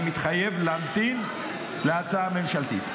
אני מתחייב להמתין להצעה הממשלתית,